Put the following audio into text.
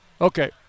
Okay